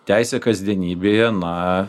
teisė kasdienybėje na